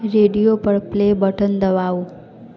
radio पर play button दबाउ